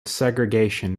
segregation